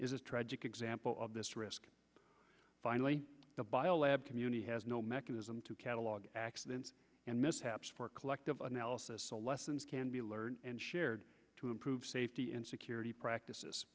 a tragic example of this risk finally the biolab community has no mechanism to catalogue accidents and mishaps for collective analysis so lessons can be learned and shared to improve safety and security practices